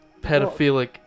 pedophilic